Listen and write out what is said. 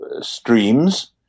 streams